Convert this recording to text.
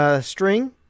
string